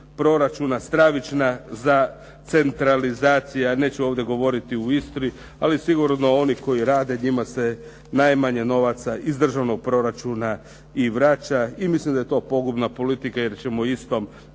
proračuna stravična za centralizacija, neće ovdje govoriti o Istri, ali sigurno oni koji rade njima se najmanje novaca iz državnog proračuna i vraća i mislim da je to pogubna politika jer ćemo istom